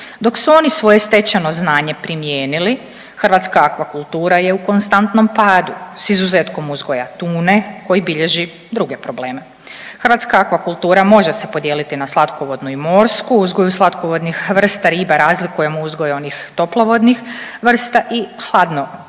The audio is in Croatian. Dok su oni svoje stečeno znanje primijenili hrvatska aquakultura je u konstantnom padu s izuzetkom uzgoja tune koji bilježi druge probleme. Hrvatska aquakultura može se podijeliti na slatkovodnu i morsku. U uzgoju slatkovodnih vrsta riba razlikujemo uzgoj onih toplovodnih vrsta i hladnovodnih